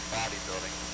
bodybuilding